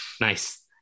nice